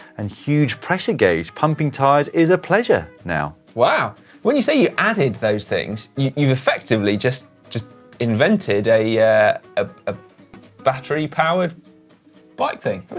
and huge pressure gauge. pumping tires is a pleasure now. simon when you say you added those things, you've effectively just just invented a yeah ah a battery-powered bike thing,